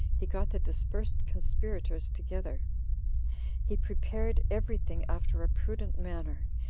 he got the dispersed conspirators together he prepared every thing after a prudent manner,